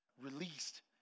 released